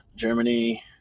Germany